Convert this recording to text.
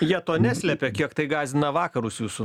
jie to neslepia kiek tai gąsdina vakarus jūsų